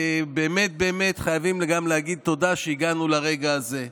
באמת באמת חייבים גם להגיד תודה שהגענו לרגע הזה.